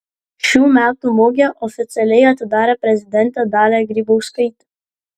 šių metų mugę oficialiai atidarė prezidentė dalia grybauskaitė